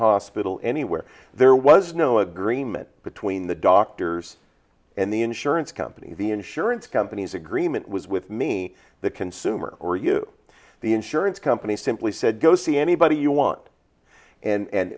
hospital anywhere there was no agreement between the doctors and the insurance company the insurance companies agreement was with me the consumer or you the insurance company simply said go see anybody you want